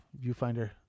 viewfinder